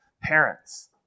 parents